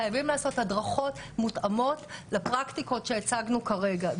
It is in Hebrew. חייבים לעשות הדרכות מותאמות לפרקטיקות שהצגנו כרגע.